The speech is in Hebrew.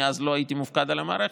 אני אז לא הייתי מופקד על המערכת,